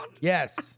Yes